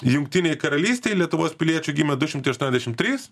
jungtinėj karalystėj lietuvos piliečių gimė du šimtai aštuoniasdešim trys